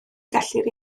gellir